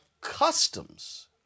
customs